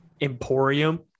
emporium